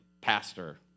pastor